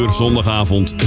Zondagavond